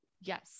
Yes